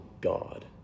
God